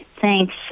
Thanks